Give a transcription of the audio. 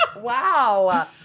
wow